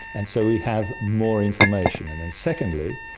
and so we have more information. and then secondly,